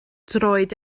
droed